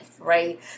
right